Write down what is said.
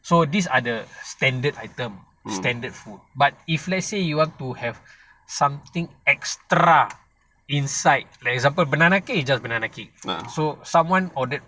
so these are the standard item standard food but if let's say you want to have something extra inside like example banana cake is just banana cake so someone ordered